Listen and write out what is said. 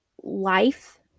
life